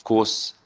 course,